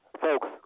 Folks